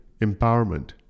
empowerment